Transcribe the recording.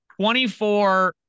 24